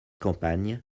campagne